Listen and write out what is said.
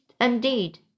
indeed